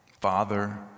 Father